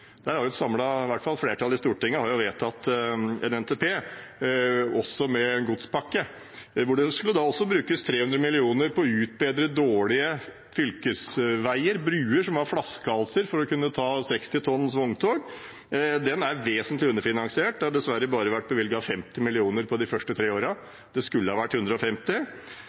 Der har et flertall i Stortinget vedtatt en NTP med en godspakke også, hvor det skulle brukes 300 mill. kr på å utbedre dårlige fylkesveier og bruer – flaskehalser – for å kunne ta 60 tonns vogntog. Den er vesentlig underfinansiert. Det har dessverre bare vært bevilget 50 mill. kr på de første tre årene, det skulle vært 150